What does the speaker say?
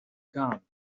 gone